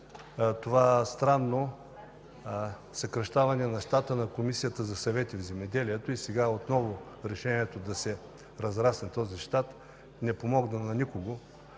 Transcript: е странно това съкращаване на щата на Комисията за съвети в земеделието. Сега решението отново да се разрасне този щат не помогна на никого.